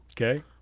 Okay